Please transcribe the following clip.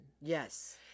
Yes